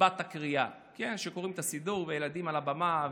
מסיבת הקריאה, שקוראים את הסידור והילדים על הבמה.